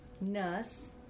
Nurse